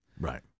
Right